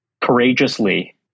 courageously